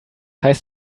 heißt